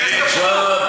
תספחו.